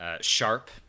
sharp